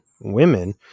women